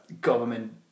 government